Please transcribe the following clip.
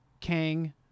Kang